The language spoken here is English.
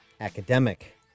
academic